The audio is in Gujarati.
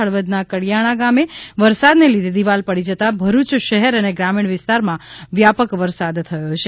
હળવદના કડિયાણા ગામે વરસાદને લીઘે દીવાલ પડી જતાં ભરૂચ શહેર અને ગ્રામીણ વિસ્તારમાં વ્યાપક વરસાદ થયો છે